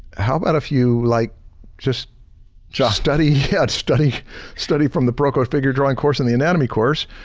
how about a few like just just study yeah study study from the proko figure drawing course in the anatomy course,